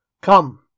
Come